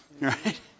right